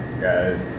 guys